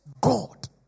God